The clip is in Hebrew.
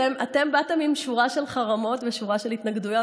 אתם באתם עם שורה של חרמות ושורה של התנגדויות.